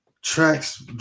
tracks